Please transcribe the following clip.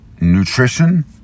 nutrition